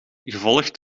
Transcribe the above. gevolgd